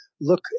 look